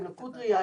עם לקות ראייה,